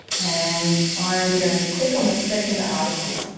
and i'm going to click on the second article